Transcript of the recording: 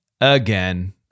again